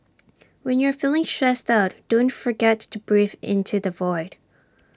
when you are feeling stressed out don't forget to breathe into the void